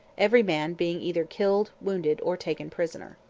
every man being either killed, wounded, or taken prisoner.